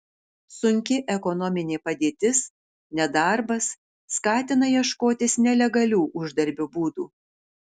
sunki ekonominė padėtis nedarbas skatina ieškotis nelegalių uždarbio būdų